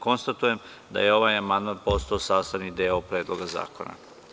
Konstatujem da je ovaj amandman postao sastavni deo Predloga zakona.